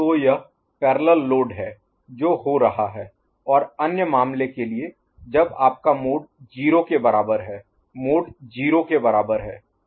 तो यह parallel load है जो हो रहा है और अन्य मामले के लिए जब आपका मोड 0 के बराबर है मोड 0 के बराबर है